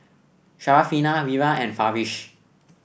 Syarafina Wira and Farish